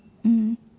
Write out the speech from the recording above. mm